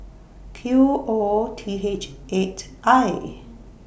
Q O T H eight I